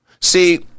See